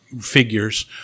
figures